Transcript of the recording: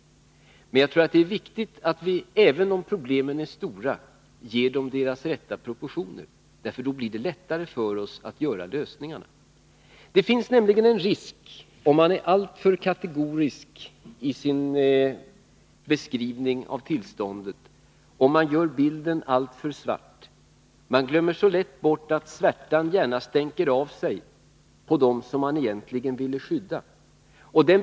Men även om problemen är stora tror jag att det är viktigt att vi ger dem deras rätta proportioner. Då blir det lättare för oss att hitta lösningarna. Om man är alltför kategorisk i sin beskrivning av tillståndet, om man gör bilden alltför svart, finns det en risk — som man lätt glömmer bort — att svärtan gärna stänker av sig på dem som man egentligen vill skydda.